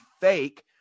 fake